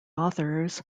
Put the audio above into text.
authors